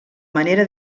manera